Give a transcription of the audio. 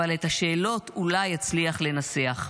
אבל את השאלות אולי אצליח לנסח.